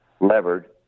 levered